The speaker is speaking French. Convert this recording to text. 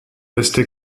resté